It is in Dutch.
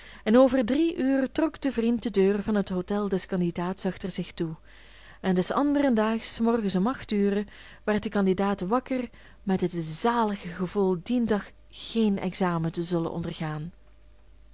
en over drie uren trok de vriend de deur van het hôtel des candidaats achter zich toe en des anderen daags s morgens om acht uren werd de candidaat wakker met het zalige gevoel dien dag geen examen te zullen ondergaan